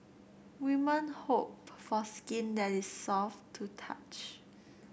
women hope for skin that is soft to touch